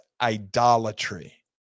idolatry